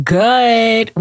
good